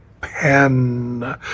pen